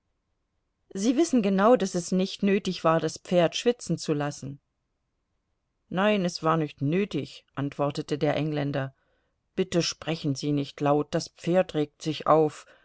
sie wissen genau daß es nicht nötig war das pferd schwitzen zu lassen nein es war nicht nötig antwortete der engländer bitte sprechen sie nicht laut das pferd regt sich auf